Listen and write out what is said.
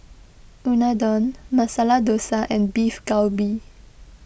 Unadon Masala Dosa and Beef Galbi